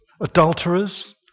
adulterers